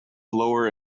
lower